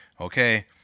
okay